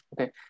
Okay